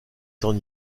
s’en